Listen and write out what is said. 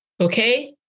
Okay